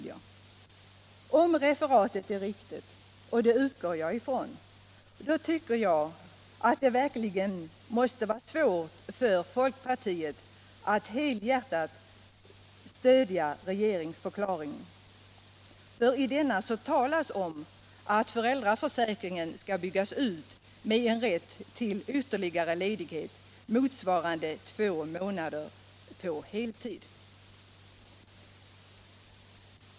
Om referatet är riktigt — och det utgår jag ifrån — tycker jag att det verkligen måste vara svårt för folkpartiet att helhjärtat stödja regeringsförklaringen. I denna talas ju om att föräldraförsäkringen skall byggas ut med en rätt till ytterligare ledighet, motsvarande två månader på heltid.